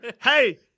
Hey